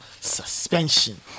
suspension